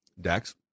Dex